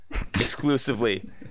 exclusively